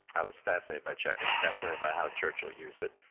i was fascinated by chequers, fascinated by how churchill used it.